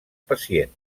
pacient